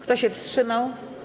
Kto się wstrzymał?